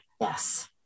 yes